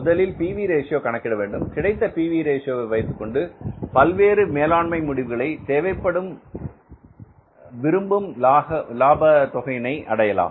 முதலில் P V ratio PV Ratio கணக்கிட வேண்டும் கிடைத்த P V ratio PV Ratio வைத்து வைத்துக்கொண்டு பல்வேறு மேலாண்மை முடிவுகளை தேவைப்படும் திரும்பும் லாப தொகையினை அடையலாம்